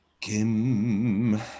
Kim